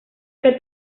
que